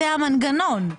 זה המנגנון.